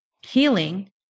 healing